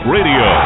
Radio